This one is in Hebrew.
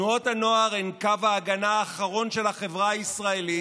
תנועות הנוער הן קו ההגנה האחרון של החברה הישראלית